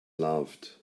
loved